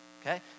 Okay